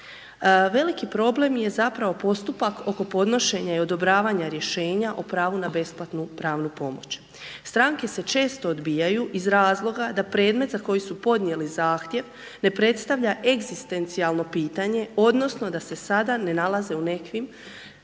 Veliki problem je zapravo postupak oko podnošenja i odobravanja rješenja o pravu na besplatnu pravnu pomoć. Stranke se često odbijaju iz razloga da predmet za koji su podnijeli zahtjev, ne predstavlja egzistencijalno pitanje odnosno da se sada ne nalaze u nekakvim